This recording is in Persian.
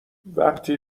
وقتی